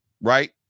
right